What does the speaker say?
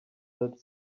that